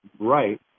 right